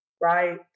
right